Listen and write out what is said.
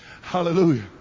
Hallelujah